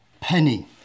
penny